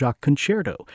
Concerto